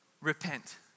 Repent